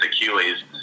Achilles